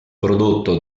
prodotto